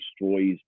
destroys